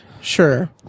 sure